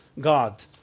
God